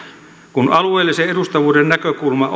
kun alueellisen edustavuuden näkökulma